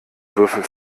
würfel